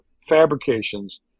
fabrications